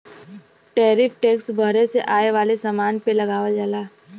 tariff tax बहरे से आये वाले समान पे लगावल जाला